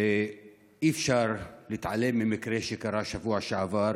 ואי-אפשר להתעלם מהמקרה שקרה בשבוע שעבר,